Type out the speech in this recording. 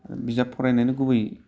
बिजाब फरायनायनि गुबै